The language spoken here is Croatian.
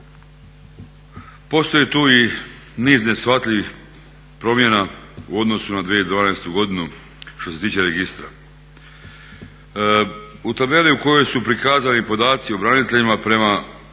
Postoji tu i niz neshvatljivih promjena u odnosu na 2012. godinu što se tiče registra. U tabeli u kojoj su prikazani podaci o braniteljima prema